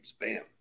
Bam